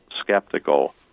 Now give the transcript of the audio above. skeptical